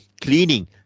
cleaning